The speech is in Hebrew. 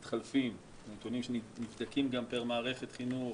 שמתחלפים, נתונים שנבדקים גם פר מערכת חינוך